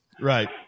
right